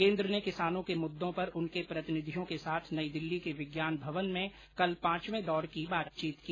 केंद्र ने किसानों के मुद्दों पर उनके प्रतिनिधियों के साथ नई दिल्ली के विज्ञान भवन में कल पांचवे दौर की बातचीत की